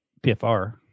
PFR